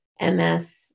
MS